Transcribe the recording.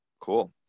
Cool